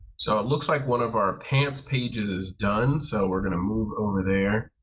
so it looks like one of our pants pages is done, so we're going to move over there